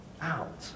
out